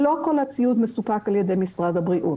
לא כל הציוד מסופק על ידי משרד הבריאות.